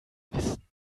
wissen